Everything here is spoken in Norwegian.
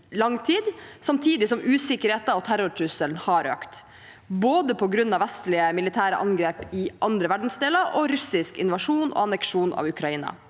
lang tid, samtidig som usikkerheten og terrortrusselen har økt, både på grunn av vestlige militære angrep i andre verdensdeler og russisk invasjon og anneksjon av Ukraina.